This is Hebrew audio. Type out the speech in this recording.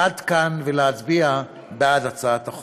עד כאן, ולהצביע בעד הצעת החוק.